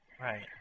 Right